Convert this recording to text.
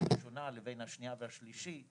הראשונה לבין השנייה והשלישית,